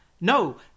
No